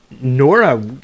Nora